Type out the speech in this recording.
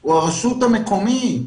אלא הרשות המקומית,